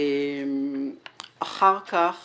אחר כך